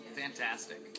fantastic